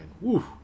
Woo